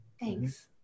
thanks